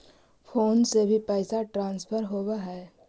Phone से भी पैसा ट्रांसफर होवहै?